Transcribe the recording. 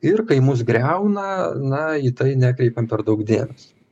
ir kai mus griauna na į tai nekreipiam per daug dėmesio